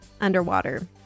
underwater